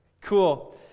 cool